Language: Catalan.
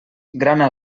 grana